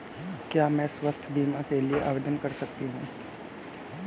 क्या मैं स्वास्थ्य बीमा के लिए आवेदन दे सकती हूँ?